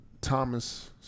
Thomas